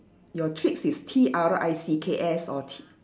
your tricks is T R I C K S or T